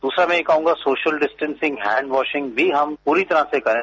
दूसरा मैं यह कहूंगा कि सोशल डिस्टेंसिंग हैंड वॉसिंग भी हम पूरी तरह से करें